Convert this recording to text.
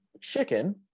chicken